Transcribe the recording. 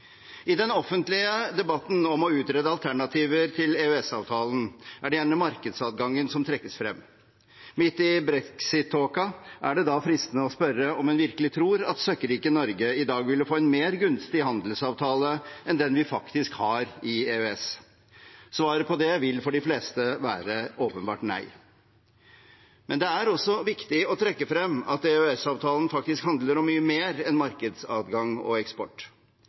I den offentlige debatten om å utrede alternativer til EØS-avtalen er det gjerne markedsadgangen som trekkes frem. Midt i brexit-tåken er det da fristende å spørre om en virkelig tror at søkkrike Norge i dag ville få en mer gunstig handelsavtale enn den vi faktisk har i EØS. Svaret på det vil for de fleste åpenbart være nei. Det er også viktig å trekke frem at EØS-avtalen faktisk handler om mye mer enn markedsadgang og eksport: